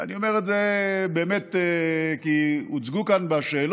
ואני אומר את זה באמת, כי הוצגו כאן בשאלות,